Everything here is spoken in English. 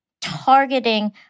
targeting